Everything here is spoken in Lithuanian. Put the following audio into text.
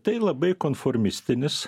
tai labai konformistinis